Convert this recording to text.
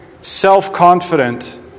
self-confident